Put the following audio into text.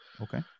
Okay